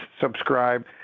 Subscribe